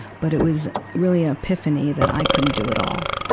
but it was really an epiphany that i couldn't do it all.